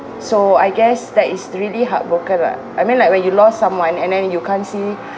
so I guess that is really heartbroken lah I mean like when you lost someone and then you can't see